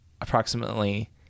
approximately